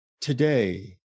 today